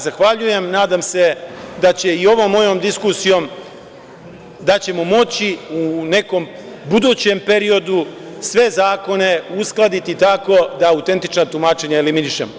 Zahvaljujem se i nadam se da će i ovom mojom diskusijom moći u nekom budućem periodu sve zakone uskladiti tako da autentična tumačenja eliminišemo.